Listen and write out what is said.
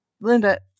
Linda